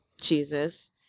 Jesus